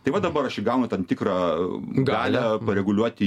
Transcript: tai va dabar aš įgaunu tam tikrą galią pareguliuoti